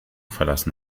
verlassen